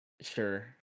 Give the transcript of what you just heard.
sure